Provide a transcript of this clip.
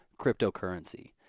cryptocurrency